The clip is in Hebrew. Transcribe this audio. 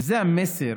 וזה המסר